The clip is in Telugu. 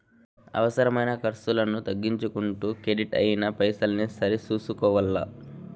అవసరమైన కర్సులను తగ్గించుకుంటూ కెడిట్ అయిన పైసల్ని సరి సూసుకోవల్ల